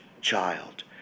child